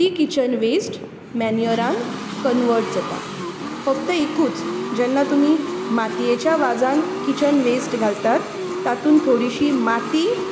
ती kitchen waste मेन्युअरान convert जाता फक्त एकूच जेन्ना तुमी मातयेच्या वाजांत किचन वेस्ट घालतात तातूंत थोडीशी माती